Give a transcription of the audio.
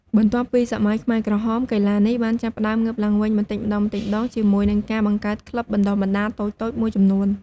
បន្ទាប់ពីសម័យខ្មែរក្រហម កីឡានេះបានចាប់ផ្ដើមងើបឡើងវិញបន្តិចម្ដងៗជាមួយនឹងការបង្កើតក្លឹបបណ្ដុះបណ្ដាលតូចៗមួយចំនួន។